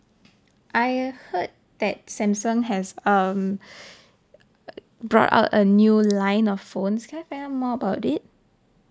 I heard that samsung has um brought out a new line of phones can I find out more about it